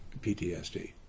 PTSD